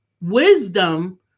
wisdom